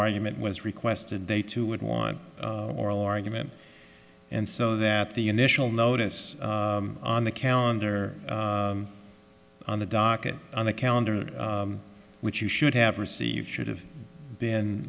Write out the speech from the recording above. argument was requested they too would want oral argument and so that the initial notice on the calendar on the docket on the calendar which you should have received should have been